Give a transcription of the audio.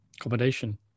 accommodation